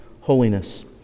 holiness